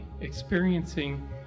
experiencing